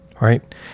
right